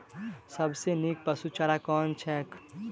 सबसँ नीक पशुचारा कुन छैक?